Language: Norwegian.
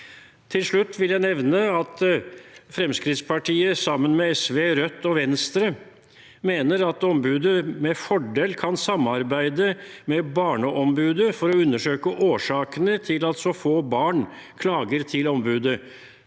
Til slutt vil jeg nevne at Fremskrittspartiet, sammen med SV, Rødt og Venstre, mener at ombudet med fordel kan samarbeide med Barneombudet for å undersøke årsakene til at så få barn klager til ombudet.